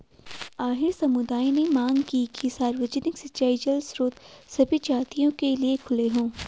अहीर समुदाय ने मांग की कि सार्वजनिक सिंचाई जल स्रोत सभी जातियों के लिए खुले हों